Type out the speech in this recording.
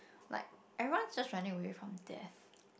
like everyone's just running away from death